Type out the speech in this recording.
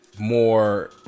more